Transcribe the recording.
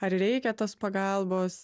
ar reikia tos pagalbos